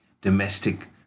domestic